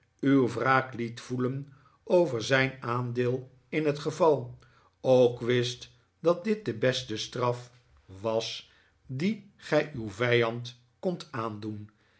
uw wraak liet voelen over zijn aandeel in het geval ook wist dat dit de beste straf was die gij uw vijand kondt aandoen